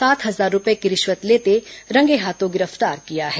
सात हजार रूपये की रिश्वत लेते रंगेहाथों गिरफ्तार किया है